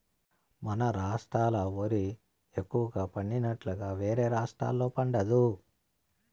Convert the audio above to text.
మన రాష్ట్రాల ఓరి ఎక్కువగా పండినట్లుగా వేరే రాష్టాల్లో పండదు